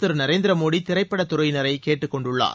திரு நரேந்திர மோடி திரைப்படத் துறையினரை கேட்டுக்கொண்டுள்ளார்